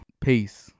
Peace